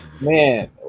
Man